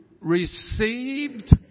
received